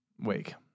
Wake